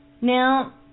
Now